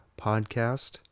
podcast